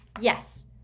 yes